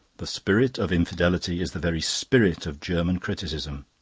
the spirit of infidelity is the very spirit of german criticism.